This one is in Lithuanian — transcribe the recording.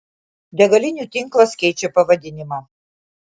degalinių tinklas keičia pavadinimą